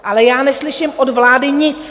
Ale já neslyším od vlády nic.